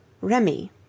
Remy